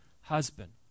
husband